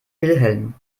wilhelm